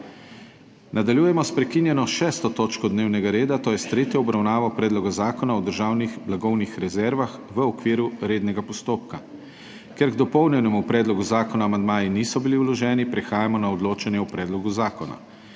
Nadaljujemo s prekinjeno 6. točko dnevnega reda, to je s tretjo obravnavo Predloga zakona o državnih blagovnih rezervah v okviru rednega postopka. Ker k dopolnjenemu predlogu zakona amandmaji niso bili vloženi, prehajamo na odločanje o predlogu zakona.